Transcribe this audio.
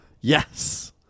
Yes